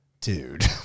dude